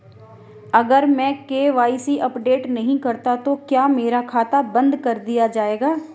अगर मैं KYC update नहीं करता तो क्या मेरा खाता बंद कर दिया जाएगा?